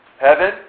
Heaven